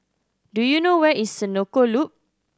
do you know where is Senoko Loop